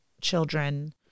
children